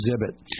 exhibit